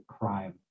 crime